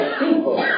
people